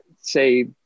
say